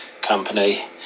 company